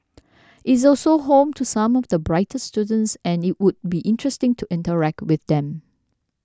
is also home to some of the brightest students and it would be interesting to interact with them